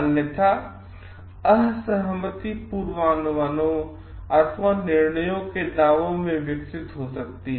अन्यथा असहमति पूर्वानुमानों अथवा निर्णयों के दावों में विकसित हो सकती है